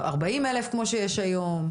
40,000 כמו שיש היום?